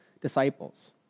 disciples